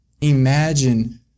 Imagine